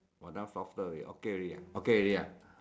!wah! that one softer already okay already ah